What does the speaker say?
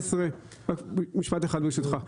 בשנת 2014, רק משפט אחד ברשותך.